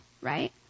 right